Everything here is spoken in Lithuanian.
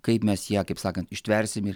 kaip mes ją kaip sakant ištversim ir